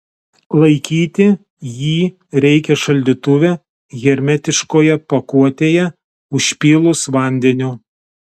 laikyti jį reikia šaldytuve hermetiškoje pakuotėje užpylus vandeniu